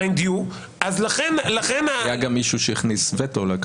היה גם מישהו שהכניס וטו.